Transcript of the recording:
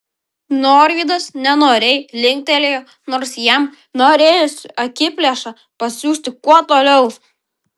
norvydas nenoriai linktelėjo nors jam norėjosi akiplėšą pasiųsti kuo toliau